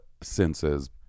senses